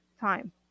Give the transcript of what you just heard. time